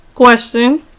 Question